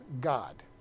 God